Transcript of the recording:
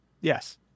Yes